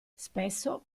spesso